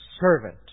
servant